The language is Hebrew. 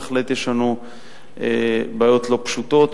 בהחלט יש לנו בעיות לא פשוטות.